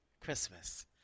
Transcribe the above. Christmas